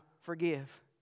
forgive